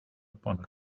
upon